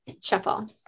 shuffle